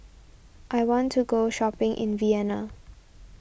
I want to go shopping in Vienna